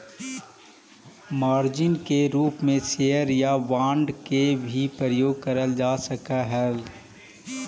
margin के रूप में शेयर या बांड के भी प्रयोग करल जा सकऽ हई